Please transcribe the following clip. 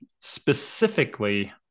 specifically